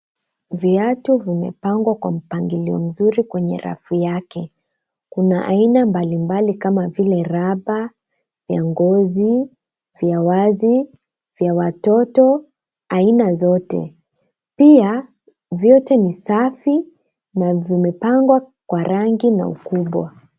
viatu vimepangwa kwa mpangilio mzuri kwenye rafu yake. kuna aina mbalimbali kama vile rubber ,vya ngozi ,vya wazi, vya watoto aina zote. pia vyote ni safi na vimepangwa kwa rangi na ukubwa.